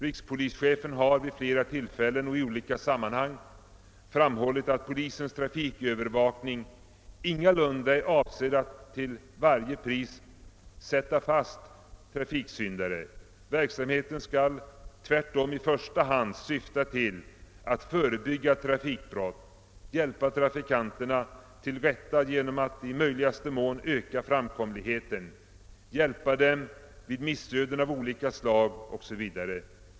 Rikspolischefen har vid flera tillfällen och i olika sammanhang framhållit att polisens trafikövervakning ingalunda är avsedd att till varje pris »sätta fast» trafiksyndare. Verksamheten skall tvärtom i första hand syfta till att förebygga trafikbrott, hjälpa trafikanterna till rätta genom att i möjligaste mån öka framkomligheten, hjälpa dem vid missöden av olika slag o.s. v.